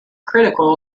critical